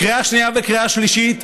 קריאה שנייה וקריאה שלישית,